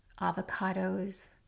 avocados